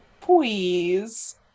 Please